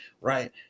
right